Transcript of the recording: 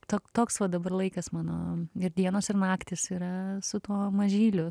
tok toks va dabar laikas mano ir dienos ir naktys yra su tuo mažyliu